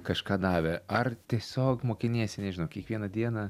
kažką davė ar tiesiog mokiniesi nežinau kiekvieną dieną